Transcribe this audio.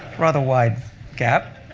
rather wide gap.